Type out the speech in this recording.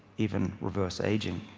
even reverse aging.